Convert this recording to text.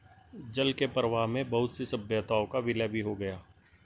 जल के प्रवाह में बहुत सी सभ्यताओं का विलय भी हो गया